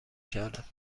کردم